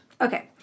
Okay